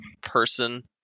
person